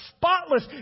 Spotless